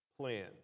plan